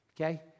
okay